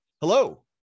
Hello